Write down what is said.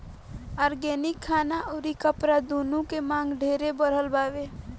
organic खाना अउरी कपड़ा दूनो के मांग ढेरे बढ़ल बावे